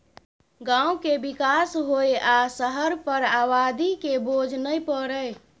गांव के विकास होइ आ शहर पर आबादी के बोझ नइ परइ